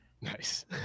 Nice